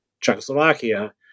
Czechoslovakia